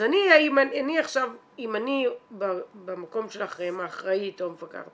אז אני אם אני במקום שלכם האחראית או המפקחת,